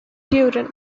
duran